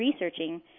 researching